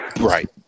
Right